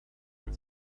and